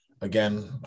again